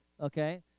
okay